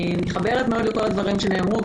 אני מתחברת מאוד לכל הדברים שנאמרו,